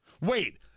Wait